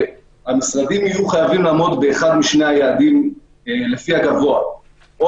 שהמשרדים יהיו חייבים לעמוד באחד משני היעדים לפי הגבוה: או